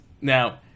Now